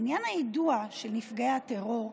לעניין הידוע של נפגעי הטרור,